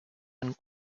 and